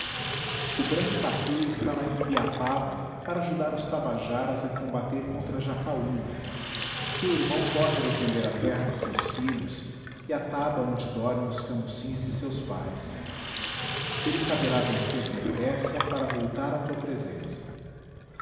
o branco tapuia está na ibiapaba para ajudar os tabajaras a combater contra jacaúna teu irmão corre a defender a terra de seus filhos e a taba onde dorme os camucins de seus pais ele saberá vencer depressa para voltar à tua presença